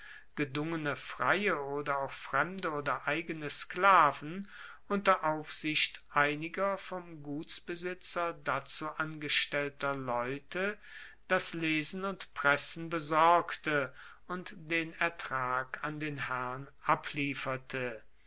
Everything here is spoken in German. gedungene freie oder auch fremde oder eigene sklaven unter aufsicht einiger vom gutsbesitzer dazu angestellter leute das lesen und pressen besorgte und den ertrag an den herrn ablieferte